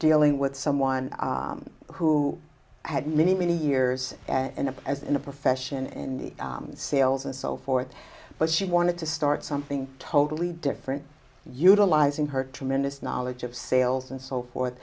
dealing with someone who had many many years and as in a profession in sales and so forth but she wanted to start something totally different utilizing her tremendous knowledge of sales and so forth